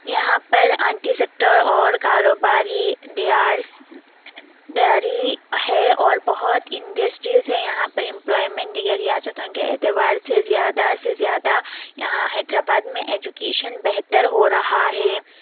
یہاں پر IT sector اور کاروباری دیار داری ہے اور بہت انڈسٹریز ہیں یہاں پر امپلائمنٹ دیگر ریاستوں کے اعتبار سے زیادہ سے زیادہ یہاں حیدر آباد میں ایجوکیشن بہتر ہو رہا ہے